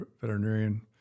veterinarian